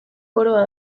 koroa